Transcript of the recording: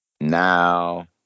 Now